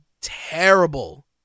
terrible